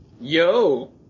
Yo